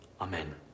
Amen